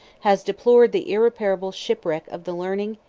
has deplored the irreparable shipwreck of the learning,